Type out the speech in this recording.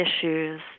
issues